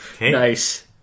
Nice